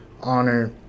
honor